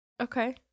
Okay